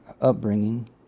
upbringing